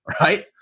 right